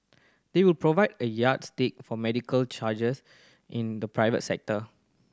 they will provide a yardstick for medical charges in the private sector